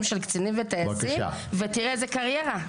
של קצינים וטייסים ותראה איזה קריירה,